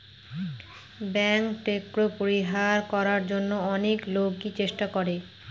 bank tax পরিহার করার জন্য অনেক লোকই চেষ্টা করে